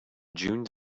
june